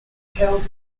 national